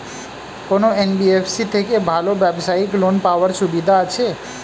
কোন এন.বি.এফ.সি থেকে ভালো ব্যবসায়িক লোন পাওয়ার সুবিধা আছে?